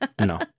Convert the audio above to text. No